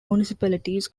municipalities